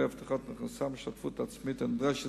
הבטחת הכנסה מההשתתפות העצמית הנדרשת